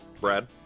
brad